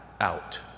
out